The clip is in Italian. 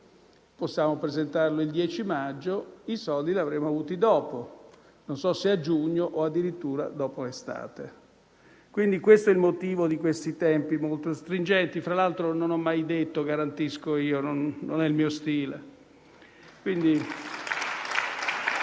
di presentare il Piano il 10 maggio i soldi li avremmo avuti dopo, non so se a giugno o addirittura dopo l'estate. Quindi, ecco il motivo dei tempi molto stringenti. Tra l'altro, non ho mai detto «garantisco io»: non è il mio stile.